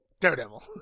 Daredevil